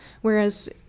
Whereas